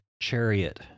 chariot